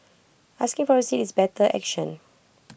asking for A seat is better action